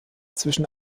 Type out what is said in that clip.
zwischen